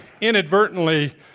inadvertently